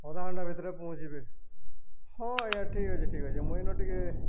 ଅଧାଘଣ୍ଟା ଭିତରେ ପହଁଞ୍ଚିବେ ହଁ ଆଜ୍ଞା ଠିକ୍ ଅଛି ଠିକ୍ ଅଛି ମୁଇଁ ଏଇନ ଟିକେ